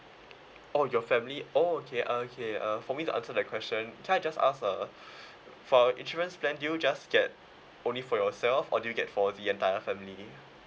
oh your family oh okay okay uh for me to answer the question can I just ask uh for our insurance plan do you just get only for yourself or do you get for the entire family